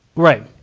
right.